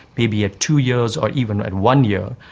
maybe at two years or even at one year,